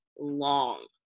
long